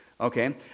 Okay